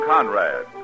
Conrad